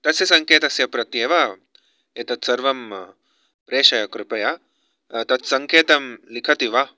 तस्य सङ्केतस्य प्रत्येव एतत् सर्वं प्रेषय कृपया तत् सङ्केतं लिखति वा